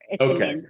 Okay